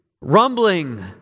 rumbling